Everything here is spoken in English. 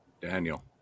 Daniel